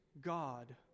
God